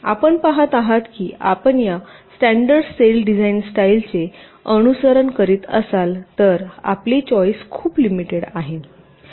आपण पाहत आहात की आपण या स्टॅंडर्ड सेल डिझाइन स्टाईलचे अनुसरण करीत असाल तर आपली चॉईस खूप लिमिटेड आहे